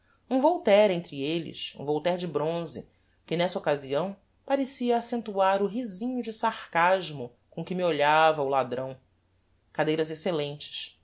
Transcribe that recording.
um voltaire entre elles um voltaire de bronze que nessa occasião parecia accentuar o risinho de sarcasmo com que me olhava o ladrão cadeiras excellentes